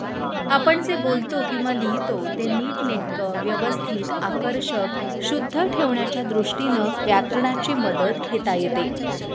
आपण जे बोलतो किंवा लिहितो ते नीटनेटकं व्यवस्थित आकर्षक शुद्ध ठेवण्याच्या दृष्टीनं व्याकरणाची मदत घेता येते